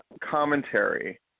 commentary